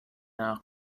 nach